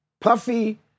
Puffy